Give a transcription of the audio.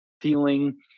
feeling